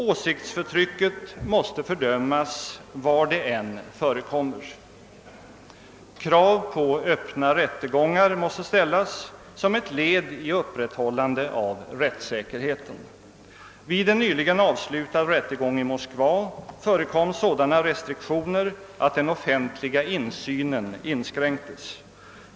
Åsiktsförtryck måste fördömas var detta än förekommer. Krav på öppna rättegångar måste ställas som ett led i upprätthållandet av rättssäkerheten. Vid en nyligen avslutad rättegång i Moskva förekom sådana restriktioner, att den offentliga insynen inskränktes.